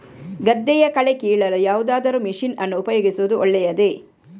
ಗದ್ದೆಯ ಕಳೆ ಕೀಳಲು ಯಾವುದಾದರೂ ಮಷೀನ್ ಅನ್ನು ಉಪಯೋಗಿಸುವುದು ಒಳ್ಳೆಯದೇ?